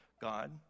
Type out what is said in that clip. god